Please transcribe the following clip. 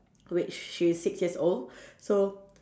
which she's six years old so